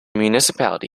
municipality